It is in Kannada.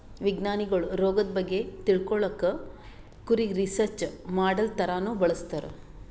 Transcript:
ವಿಜ್ಞಾನಿಗೊಳ್ ರೋಗದ್ ಬಗ್ಗೆ ತಿಳ್ಕೊಳಕ್ಕ್ ಕುರಿಗ್ ರಿಸರ್ಚ್ ಮಾಡಲ್ ಥರಾನೂ ಬಳಸ್ತಾರ್